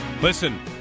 Listen